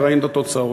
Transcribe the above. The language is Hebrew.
וראינו את התוצאות.